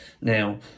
Now